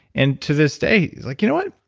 and to this day he's like, you know what?